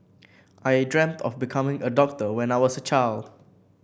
I dreamt of becoming a doctor when I was a child